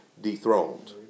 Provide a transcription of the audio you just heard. dethroned